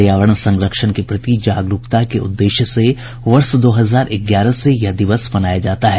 पर्यावरण संरक्षण के प्रति जागरूकता के उद्देश्य से वर्ष दो हजार ग्यारह से यह दिवस मनाया जाता है